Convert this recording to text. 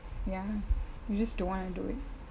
ya you just don't want to do it